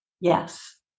Yes